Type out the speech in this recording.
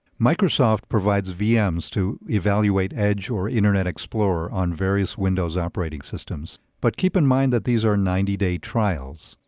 microsoft provides vms to evaluate edge or internet explorer on various windows operating systems, but keep in mind that these are ninety day trials.